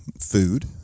food